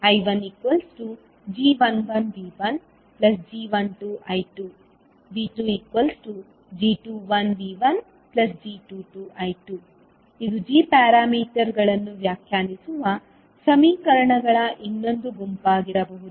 I1g11V1g12I2 V2g21V1g22I2 ಇದು g ಪ್ಯಾರಾಮೀಟರ್ಗಳನ್ನು ವ್ಯಾಖ್ಯಾನಿಸುವ ಸಮೀಕರಣಗಳ ಇನ್ನೊಂದು ಗುಂಪಾಗಿರಬಹುದು